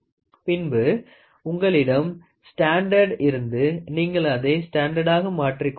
பின்பு உங்களிடம் ஸ்டாண்டர்ட் இருந்தது நீங்கள் அதை ஸ்டாண்டர்ட்டாக மாற்றிக் கொண்டீர்கள்